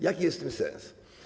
Jaki jest w tym sens?